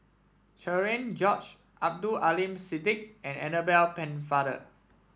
Cherian George Abdul Aleem Siddique and Annabel Pennefather